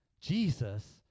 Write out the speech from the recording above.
Jesus